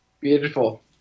Beautiful